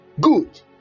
Good